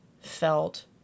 felt